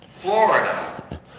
Florida